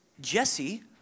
Jesse